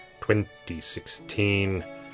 2016